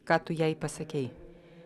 ką tu jai pasakei